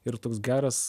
ir toks geras